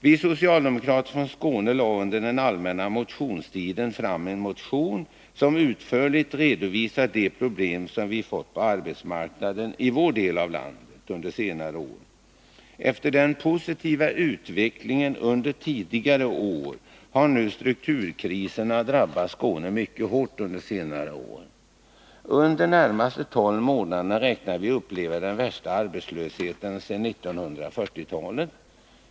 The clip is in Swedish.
Vi socialdemokrater från Skåne lade under den allmänna motionstiden fram en motion som utförligt redovisar de problem som vi fått på arbetsmarknaden i vår del av landet under senare år. Efter den positiva utvecklingen under tidigare år har strukturkriserna nu drabbat Skåne mycket hårt. Under de närmaste tolv månaderna räknar vi med att få uppleva den värsta arbetslösheten sedan 1940-talet.